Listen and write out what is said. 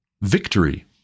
victory